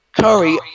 Curry